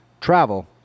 travel